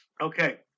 Okay